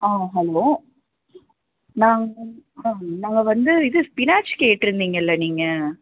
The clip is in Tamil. ஆ ஹலோ நாங்கள் வந் ஆ நாங்கள் வந்து இது ஸ்பினாச் கேட்டிருந்தீங்கல்ல நீங்கள்